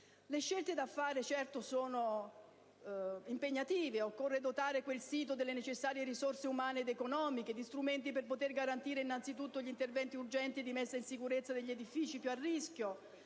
Le scelte da fare sono certamente impegnative: occorre dotare quel sito delle necessarie risorse umane ed economiche e di strumenti per poter garantire innanzitutto gli interventi urgenti di messa in sicurezza degli edifici più a rischio,